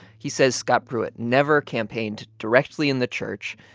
he says scott pruitt never campaigned directly in the church,